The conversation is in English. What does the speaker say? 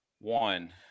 one